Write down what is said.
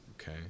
okay